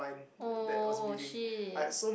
oh shit